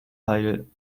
heil